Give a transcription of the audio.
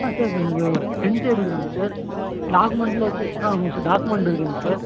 ஆ sir இப்போ எனக்கு print எடுக்கணுங்க சார் டாக்குமெண்டெலாம் வச்சு ஆ ஆமாங்க சார் டாக்குமெண்ட் இருக்குதுங்க சார்